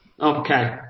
Okay